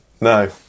no